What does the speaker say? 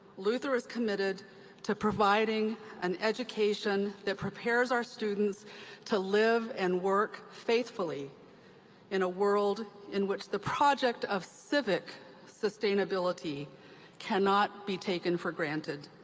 luther is committed to providing an education that prepares our students to live and work faithfully in a world in which the project of civic sustainability cannot be taken for granted.